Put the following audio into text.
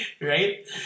Right